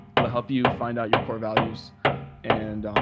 it'll help you find out your core values and,